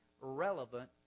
relevant